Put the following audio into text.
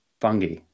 fungi